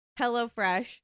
HelloFresh